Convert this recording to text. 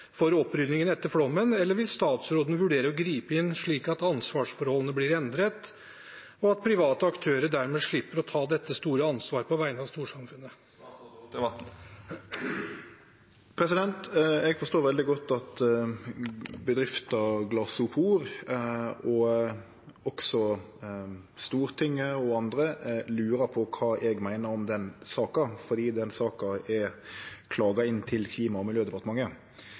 for oppryddingen etter flommen, eller vil statsråden vurdere å gripe inn slik at ansvarsforholdene blir endret, og at private aktører dermed slipper å ta dette store ansvaret på vegne av storsamfunnet?» Eg forstår veldig godt at bedrifta Glasopor og også Stortinget og andre lurar på kva eg meiner om den saka, fordi den saka er klaga inn til Klima- og miljødepartementet.